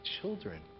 children